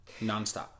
nonstop